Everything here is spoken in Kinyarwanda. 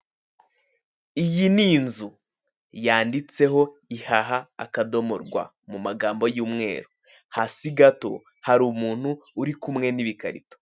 Iyi ni inzu yanditseho ihaha akadomo rwa mumagambo y'umweru. Hasi gato hari umuntu uri kumwe n'ibikarito.